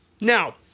Now